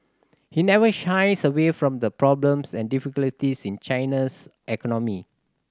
he never shies away from the problems and difficulties in China's economy